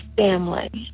family